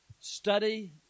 Study